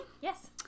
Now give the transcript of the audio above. Yes